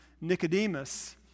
Nicodemus